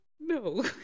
no